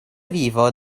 vivo